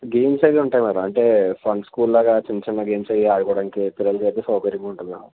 games అవి ఉంటాయి madam అంటే ఫన్ స్కూల్ లాగా చిన్న చిన్న గేమ్స్ అవి ఆడుకోవడానికి పిల్లలకి అయితే సౌకర్యంగా ఉంటుంది మేడం